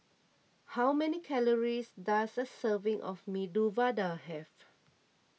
how many calories does a serving of Medu Vada have